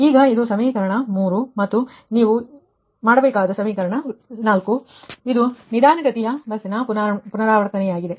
ಈಗ ಇದು ಸಮೀಕರಣ 3 ಮತ್ತು ಈ ನೀವು ಮಾಡಬೇಕಾದ ಸಮೀಕರಣ 4 ಇದು ನಿಧಾನಗತಿಯ ಪುನರಾವರ್ತನೆಯಾಗಿದೆ